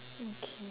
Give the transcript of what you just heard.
okay